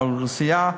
שהאוכלוסייה דורשת,